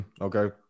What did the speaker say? Okay